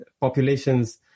populations